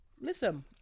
Listen